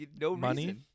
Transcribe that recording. Money